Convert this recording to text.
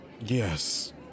Yes